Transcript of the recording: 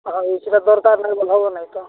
ହଇ ସେଇଟା ଦରକାର ନାଇଁ ବୋଲି ହେବ ନାହିଁ ତ